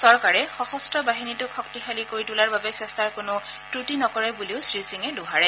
চৰকাৰে সশস্ত্ৰ বাহিনীটোক শক্তিশালী কৰি তোলাৰ বাবে চেষ্টাৰ কোনো ক্ৰটি নকৰে বুলি শ্ৰীসিঙে দোহাৰে